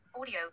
audio